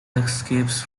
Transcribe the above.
escapes